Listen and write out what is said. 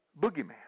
boogeyman